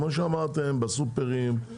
כמו שאמרתם, בסופרמרקטים.